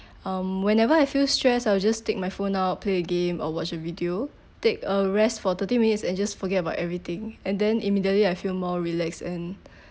um whenever I feel stressed I'll just take my phone out play a game or watch a video take a rest for thirty minutes and just forget about everything and then immediately I feel more relaxed and